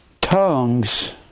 tongues